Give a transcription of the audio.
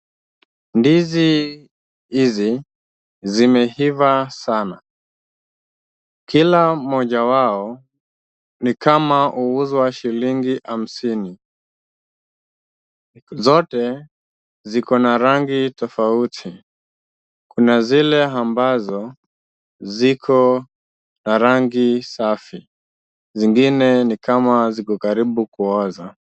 Ndizi hizi zimeiva sana. Kila moja wao ni kama huuzwa shilingi hamsini. Zote ziko na rangi tofauti. Kuna zile ambazo ziko na rangi safi, zingine ni kama ziko karibu kuoza.